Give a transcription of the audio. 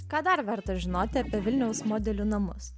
ką dar verta žinoti apie vilniaus modelių namus